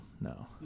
no